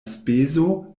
speso